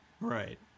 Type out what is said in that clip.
Right